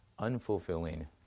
unfulfilling